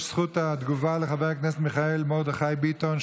יש זכות תגובה לחבר הכנסת מיכאל מרדכי ביטון.